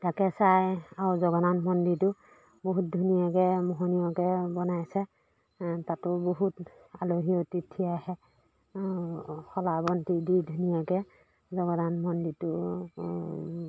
তাকে চায় আৰু জগন্নাথ মন্দিৰটো বহুত ধুনীয়াকৈ মোহনিয়কৈ বনাইছে তাতো বহুত আলহী অতিথি আহে শলাবন্তি দি ধুনীয়াকৈ জগন্নাথ মন্দিৰটো